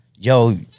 Yo